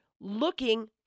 looking